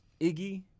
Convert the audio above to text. Iggy